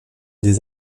des